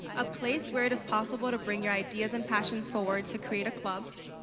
a place where it is possible to bring your ideas and passions forward to create a club,